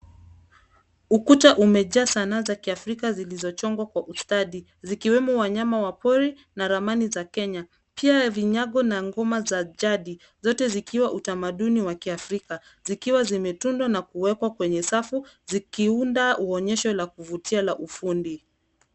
Ukuta umejaa sanaa za kiafrika zilizochongwa kwa ustadi, zikiwemo wanyama wa pori, na ramani za Kenya, pia vinyago na ngoma za jadi, zote zikiwa utamaduni wa kiafrika. Zikiwa zimetundwa, na kuwekwa kwenye safu, zikiunda uonyesho la kuvutia la ufundi.